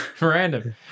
random